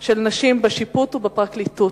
של נשים בשיפוט ובפרקליטות.